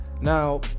Now